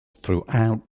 throughout